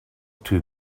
two